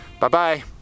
Bye-bye